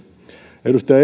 edustaja